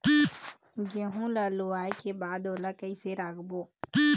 गेहूं ला लुवाऐ के बाद ओला कइसे राखबो?